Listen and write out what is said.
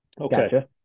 Okay